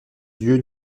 dieu